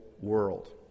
world